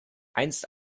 einst